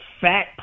fat